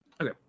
Okay